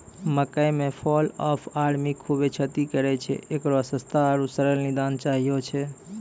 मकई मे fall of army खूबे क्षति करेय छैय, इकरो सस्ता आरु सरल निदान चाहियो छैय?